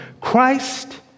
Christ